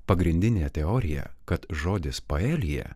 pagrindinė teorija kad žodis paelija